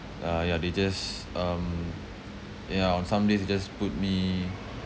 uh ya they just um yeah on some days they just put me